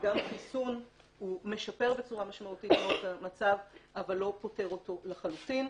גם חיסון משפר בצורה משמעותית מאוד את המצב אבל לא פותר אותו לחלוטין.